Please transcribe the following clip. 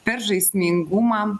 per žaismingumą